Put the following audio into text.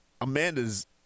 Amanda's